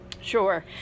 sure